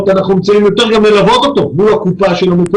אנחנו נצטרך גם ללוות אותו מול הקופה שלו.